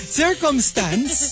circumstance